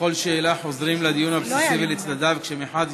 בכל שאלה חוזרים לדיון הבסיסי ולצדדיו, כשמחד